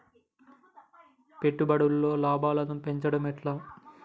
పెట్టుబడులలో లాభాలను పెంచడం ఎట్లా?